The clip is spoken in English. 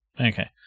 Okay